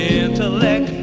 intellect